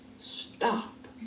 stop